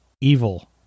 evil